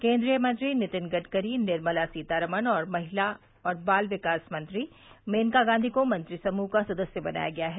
केन्द्रीय मंत्री नितिन गड़करी निर्मला सीतारामन और महिला और बाल विकास मंत्री मेनका गांधी को मंत्रिसमूह का सदस्य बनाया गया है